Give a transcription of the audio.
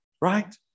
right